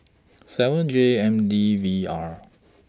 seven J M D V R